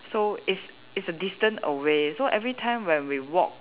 so it's it's a distance away so every time when we walk